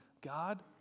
God